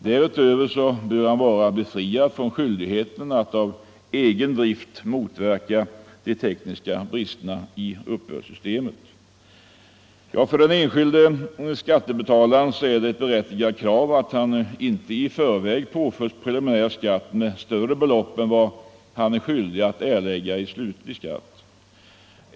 Därutöver bör han vara befriad från skyldigheten att av egen drift motverka de tekniska bristerna i uppbördssystemet. För den enskilde skattebetalaren är det ett berättigat krav att han inte i förväg påförs preliminär skatt med större belopp än vad han är skyldig att erlägga i slutlig skatt.